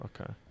Okay